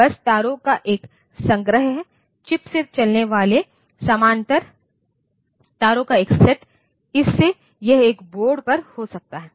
बस तारों का एक संग्रह है चिप में चलने वाले समानांतर तारों का एक सेट इस से यह एक बोर्ड पर हो सकता है